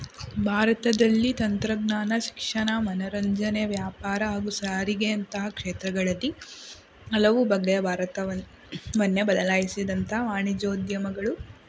ಭಾರತದಲ್ಲಿ ತಂತ್ರಜ್ಞಾನ ಶಿಕ್ಷಣ ಮನೋರಂಜನೆ ವ್ಯಾಪಾರ ಹಾಗೂ ಸಾರಿಗೆಯಂತಹ ಕ್ಷೇತ್ರಗಳಲ್ಲಿ ಹಲವು ಬಗೆಯ ಭಾರತವ ವನ್ನ ಬದಲಾಯಿಸಿದಂಥ ವಾಣಿಜ್ಯೋದ್ಯಮಗಳು